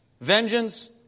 Vengeance